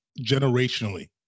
generationally